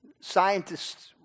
Scientists